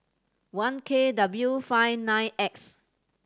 one K W five nine X